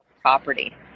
property